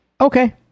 Okay